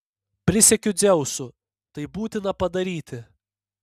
prisiekiu dzeusu tai būtina padaryti